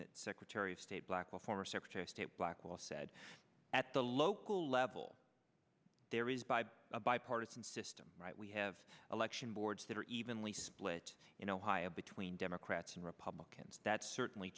that secretary of state blackwell former secretary of state blackwell said at the local level there is by a bipartisan system we have election boards that are evenly split in ohio between democrats and republicans that's certainly